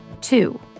Two